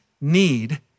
need